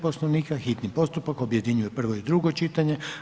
Poslovnika, hitni postupak objedinjuje prvo i drugo čitanje.